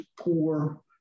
poor